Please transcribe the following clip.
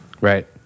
Right